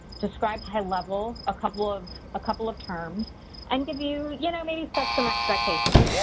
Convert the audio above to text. describe high level, a couple of couple of terms and give you, you know maybe set some expectations.